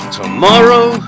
tomorrow